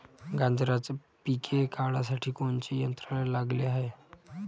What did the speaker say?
गांजराचं पिके काढासाठी कोनचे यंत्र चांगले हाय?